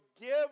give